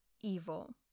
Evil